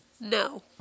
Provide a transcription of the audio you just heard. No